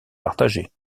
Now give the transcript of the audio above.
partagées